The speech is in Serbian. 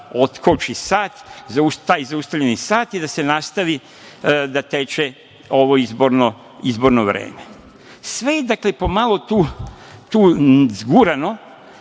otkoči sat, taj zaustavljeni sat, i da nastavi da teče ovo izborno vreme. Sve je, dakle, pomalo tu zgurano,